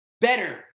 better